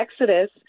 Exodus